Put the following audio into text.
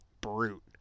brute